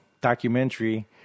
documentary